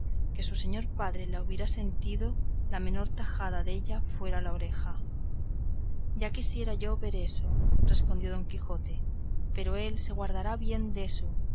que si su señor padre la hubiera sentido la menor tajada della fuera la oreja ya quisiera yo ver eso respondió don quijote pero él se guardará bien deso